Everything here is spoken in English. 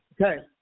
Okay